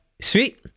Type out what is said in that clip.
Sweet